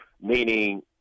meaning